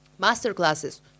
masterclasses